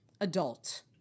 adult